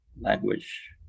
language